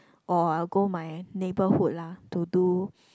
or I will go my neighborhood lah to do